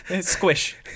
Squish